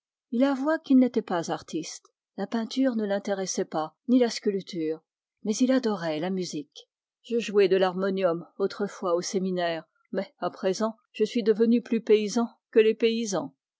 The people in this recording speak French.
il avoua qu'il n'était pas artiste la peinture ne l'intéressait pas ni la sculpture mais il adorait la musique j'ai joué de l'harmonium autrefois au séminaire mais à présent je suis devenu plus paysan que les paysans